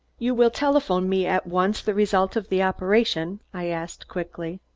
you will telephone me at once the result of the operation? i asked quickly.